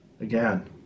again